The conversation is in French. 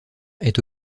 est